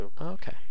Okay